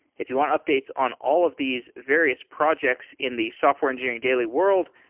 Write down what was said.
if you want updates on all of these various projects in the software engineering daily world,